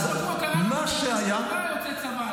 אבל בפרשת השבוע קראנו גם בשנה שעברה,